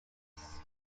tubes